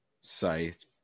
Scythe